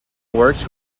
works